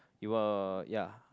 you uh ya